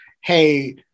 hey